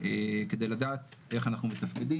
כדי לדעת איך אנחנו מתפקדים.